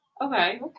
Okay